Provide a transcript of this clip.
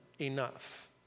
enough